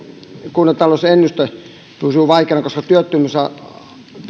kuntatalousennuste pysyy vaikeana koska työttömyys